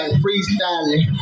freestyling